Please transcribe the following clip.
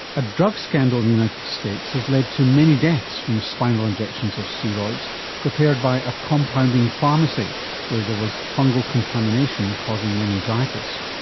a drug scandal in the united states has led to many deaths from spinal injections of steroids prepared by a compounding pharmacy where there was fungal contamination causing meningitis,